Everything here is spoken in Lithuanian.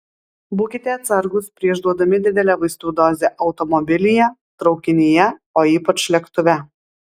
būkite atsargūs prieš duodami didelę vaistų dozę automobilyje traukinyje o ypač lėktuve